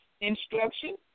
instruction